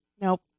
Nope